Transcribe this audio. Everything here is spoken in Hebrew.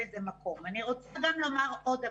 לדעתי,